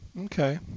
Okay